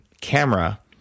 camera